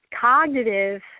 cognitive